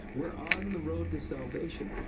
we're on the road to salvation.